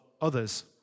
others